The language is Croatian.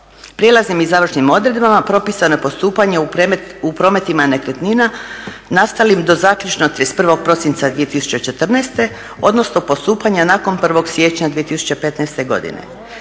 Prijelaznim i završnim odredbama propisano je postupanje u prometima nekretnina nastalim do zaključno 31. prosinca 2014. odnosno postupanja nakon 1. siječnja 2015. godine.